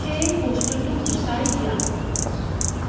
সেই বস্তুটো গুচাই দিয়া